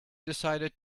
decided